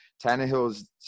Tannehill's